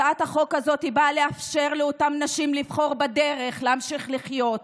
הצעת החוק הזאת באה לאפשר לאותן נשים לבחור בדרך להמשיך לחיות,